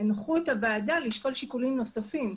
שהנחו את הוועדה לשקול שיקולים נוספים.